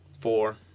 four